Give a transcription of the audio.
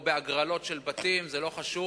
או בהגרלות של בתים, זה לא חשוב,